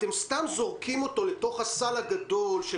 אתם סתם זורקים אותו אל תוך הסל הגדול של